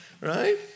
right